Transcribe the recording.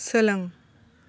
सोलों